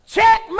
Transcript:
Check